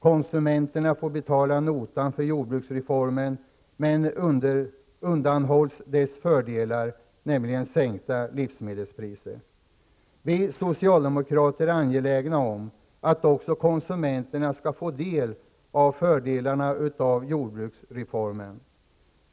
Konsumenterna får betala notan för jordbruksreformen men undanhålls dess fördelar, sänkta livsmedelspriser. Vi socialdemokrater är angelägna om att också konsumenterna skall få del av fördelarna av jordbruksreformen.